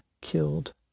killed